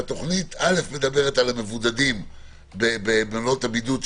שמדברת ראשית על המבודדים במלונות הבידוד,